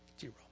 Zero